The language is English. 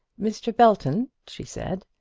mr. belton, she said,